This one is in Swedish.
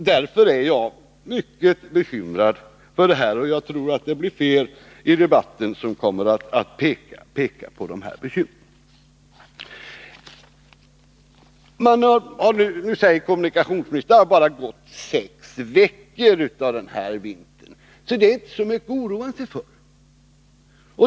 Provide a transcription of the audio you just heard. Därför är jag mycket bekymrad, och jag tror att det blir fler i debatten som kommer att peka på sådana bekymmer. Kommunikationsministern säger att det har gått bara sex veckor av den här vintern, varför det inte är så mycket att oroa sig för.